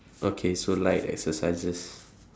okay so light exercises